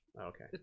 Okay